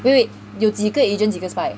eh wait 有几个 agent 几个 spy